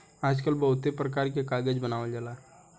आजकल बहुते परकार के कागज बनावल जाता